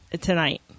tonight